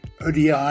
ODI